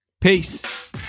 Peace